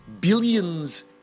billions